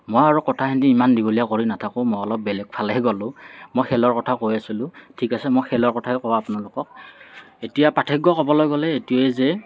মই আৰু কথাখিনি ইমান দীঘলীয়া কৰি নাথাকোঁ মই অলপ বেলেগ ফালেহে গ'লোঁ মই খেলৰ কথা কৈ আছিলোঁ ঠিক আছে মই খেলৰ কথাই কওঁ আপোনালোকক এতিয়া পাৰ্থক্য ক'বলৈ গ'লে এইটোয়েই যে